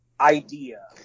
idea